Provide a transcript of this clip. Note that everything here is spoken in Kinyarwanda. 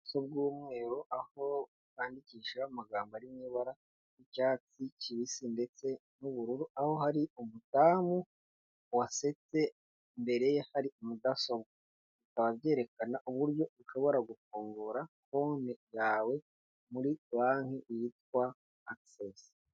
Ubuso bw'umweru, aho handikishijeho amagambo ari mu ibara ry'icyatsi kibisi ndetse n'ubururu; aho hari umudamu wasetse, imbere ye hari mudasobwa; bikaba byerekana uburyo ushobora gufungura konte yawe muri banki yitwa ''Access''.